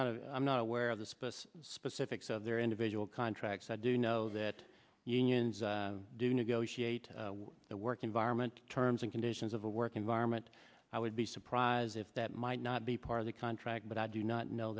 not i'm not aware of this bus specifics of their individual contracts i do know that unions do negotiate the work environment terms and conditions of the work environment i would be surprised if that might not be part of the contract but i do not know